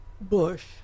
Bush